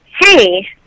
Hey